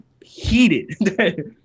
heated